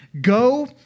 go